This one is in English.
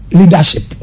leadership